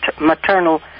maternal